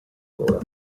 mura